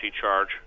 charge